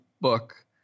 book